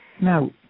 Now